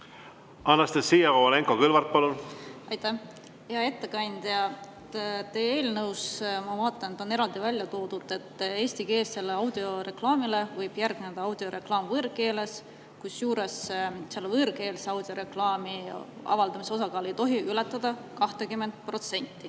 Anastassia Kovalenko-Kõlvart, palun! Aitäh! Hea ettekandja! Teie eelnõus, ma vaatan, on eraldi välja toodud, et eestikeelsele audioreklaamile võib järgneda audioreklaam võõrkeeles, kusjuures võõrkeelse audioreklaami avaldamise osakaal ei tohi ületada 20%